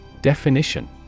Definition